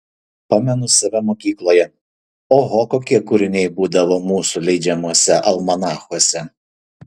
pamenu save mokykloje oho kokie kūriniai būdavo mūsų leidžiamuose almanachuose